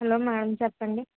hello madam చెప్పండి